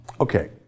Okay